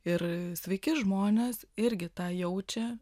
ir sveiki žmonės irgi tą jaučia